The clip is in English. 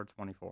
24